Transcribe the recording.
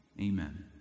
amen